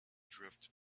drift